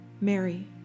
Mary